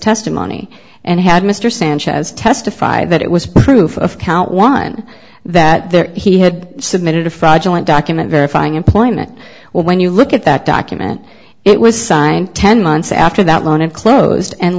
testimony and had mr sanchez testified that it was proof of count one that there he had submitted a fraudulent document verifying employment when you look at that document it was signed ten months after that loan it closed and